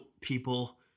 people